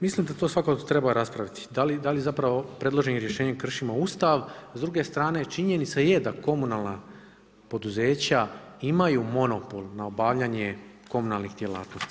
Mislim da to svakako treba raspraviti, da li zapravo predloženim rješenjem kršimo Ustav a s druge strane činjenica je da komunalna poduzeća imaju monopol na obavljanje komunalnih djelatnosti.